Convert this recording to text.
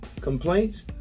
complaints